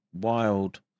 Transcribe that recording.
wild